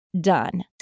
done